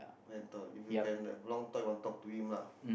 mentor if you can have long talk you want to talk to him lah